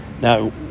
Now